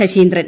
Saseendran